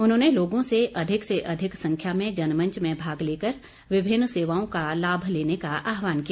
उन्होंने लोगों से अधिक से अधिक संख्या में जनमंच में भाग लेकर विभिन्न सेवाओं का लाभ लेने का आहवान किया